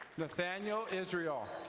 nathaniel israel.